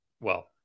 well-